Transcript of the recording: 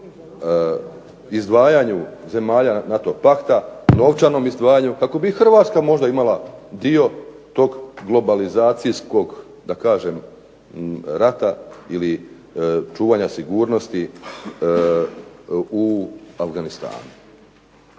izdvajanju zemalja NATO pakta novčanom izdvajanju kako bi Hrvatska možda imala dio tog globalizacijskog rata ili čuvanja sigurnosti u Afganistanu?